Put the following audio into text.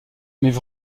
mais